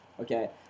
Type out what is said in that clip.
Okay